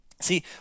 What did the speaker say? See